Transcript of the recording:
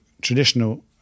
traditional